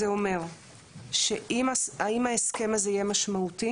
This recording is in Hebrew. זה אומר שאם ההסכם הזה יהיה משמעותי